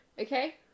Okay